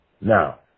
Now